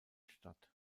statt